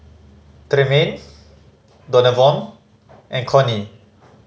Tremayne Donavon and Connie